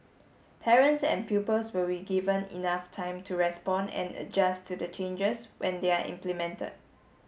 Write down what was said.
parents and pupils will be given enough time to respond and adjust to the changes when they are implemented